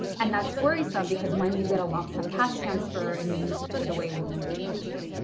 and that's worrisome because when you get a lump sum cash transfer and you need to put it away, will you be able to?